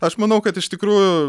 aš manau kad iš tikrųjų